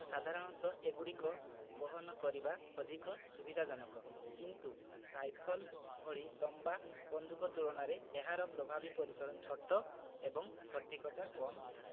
ସାଧାରଣତଃ ଏଗୁଡ଼ିକ ବହନ କରିବା ଅଧିକ ସୁବିଧାଜନକ କିନ୍ତୁ ରାଇଫଲ୍ ଭଳି ଲମ୍ବା ବନ୍ଧୁକ ତୁଳନାରେ ଏହାର ପ୍ରଭାବୀ ପରିସର ଛୋଟ ଏବଂ ସଠିକତା କମ୍ ଥାଏ